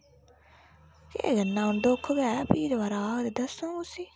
केह् करना हुन दुक्ख गै फ्ही दवारा आह्ग ते दस्संग उसी